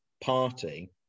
party